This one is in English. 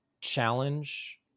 Challenge